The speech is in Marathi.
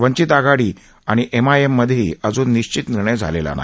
वंचित आघाडी आणि एम आय एम मधेही अजून निश्चित निर्णय झालेला नाही